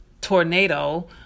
tornado